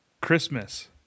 Christmas